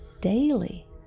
daily